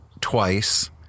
twice